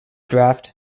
draft